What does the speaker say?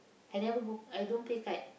I never go I don't play kite